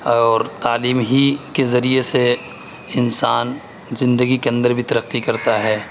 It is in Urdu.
اور تعلیم ہی کے ذریعے سے انسان زندگی کے اندر بھی ترقّی کرتا ہے